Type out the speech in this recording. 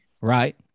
right